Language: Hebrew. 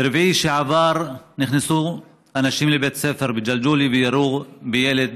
ברביעי שעבר נכנסו אנשים לבית ספר בג'לג'וליה וירו בילד